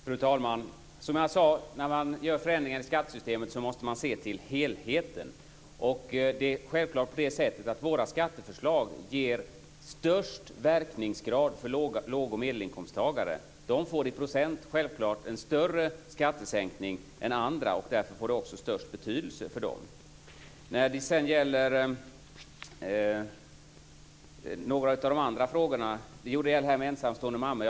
Fru talman! När man gör förändringar i skattesystemet måste man se till helheten. Våra skatteförslag ger självklart störst verkningsgrad för låg och medelinkomsttagare. De får i procent en större skattesänkning än andra. Därför får det också störst betydelse för dem. Sedan till några av de andra frågorna. Marie Engström nämnde de ensamstående mammorna.